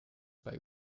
bei